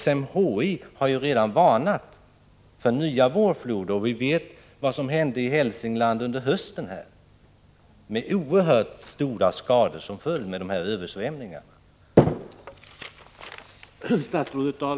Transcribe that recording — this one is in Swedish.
SMHI har redan varnat för nya vårfloder, och vi vet vad som har hänt i Hälsingland under hösten, med oerhört stora skador som följd vid översvämningarna där.